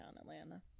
Atlanta